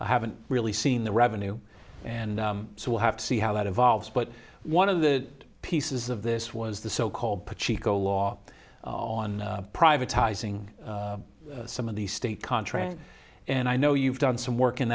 i haven't really seen the revenue and so we'll have to see how that evolves but one of the pieces of this was the so called put chico law on privatizing some of the state contracts and i know you've done some work in